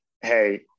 hey